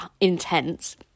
intense